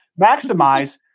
maximize